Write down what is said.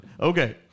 Okay